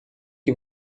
que